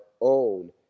own